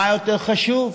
מה יותר חשוב,